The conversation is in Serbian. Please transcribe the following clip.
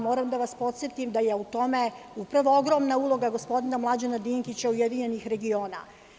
Moram da vas podsetim da je u tome upravo ogromna uloga gospodina Mlađana Dinkića, URS.